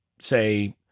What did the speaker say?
say